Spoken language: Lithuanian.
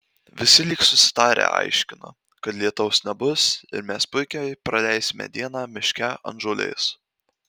visi lyg susitarę aiškina kad lietaus nebus ir mes puikiai praleisime dieną miške ant žolės